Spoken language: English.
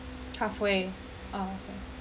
half way ah